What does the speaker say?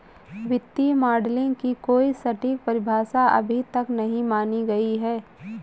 वित्तीय मॉडलिंग की कोई सटीक परिभाषा अभी तक नहीं मानी गयी है